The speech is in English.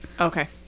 Okay